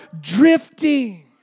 drifting